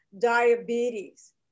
diabetes